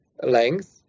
length